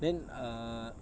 then err